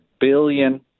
billion